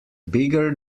bigger